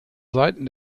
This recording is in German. seiten